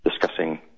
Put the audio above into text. discussing